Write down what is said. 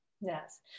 Yes